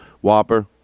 Whopper